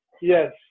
yes